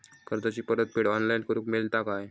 कर्जाची परत फेड ऑनलाइन करूक मेलता काय?